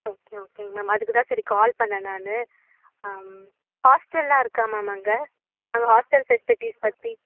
okay ஓகேங்க ma'am அதுக்குதான் சரி கால் பண்ணிணேன் நான் ஹாஸ்டெல்லாம் இருக்கா மேம் அங்கே அங்கே ஹாஸ்டெல் ஃபெசிலிட்டிஸ் பற்றி